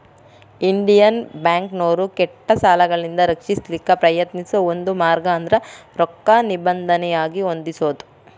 Indian ಬ್ಯಾಂಕ್ನೋರು ಕೆಟ್ಟ ಸಾಲಗಳಿಂದ ರಕ್ಷಿಸಲಿಕ್ಕೆ ಪ್ರಯತ್ನಿಸೋ ಒಂದ ಮಾರ್ಗ ಅಂದ್ರ ರೊಕ್ಕಾ ನಿಬಂಧನೆಯಾಗಿ ಹೊಂದಿಸೊದು